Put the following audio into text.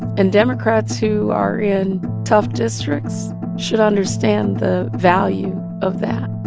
and democrats who are in tough districts should understand the value of that.